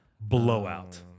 blowout